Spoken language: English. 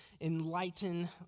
enlighten